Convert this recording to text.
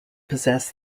possess